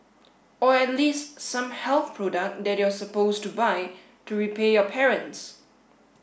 or at least some health product that you're supposed to buy to repay your parents